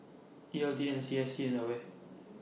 E L D N S C S and AWARE